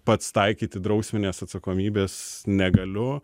pats taikyti drausminės atsakomybės negaliu